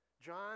John